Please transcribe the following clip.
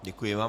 Děkuji vám.